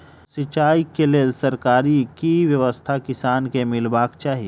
सिंचाई केँ लेल सरकारी की व्यवस्था किसान केँ मीलबाक चाहि?